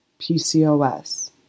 PCOS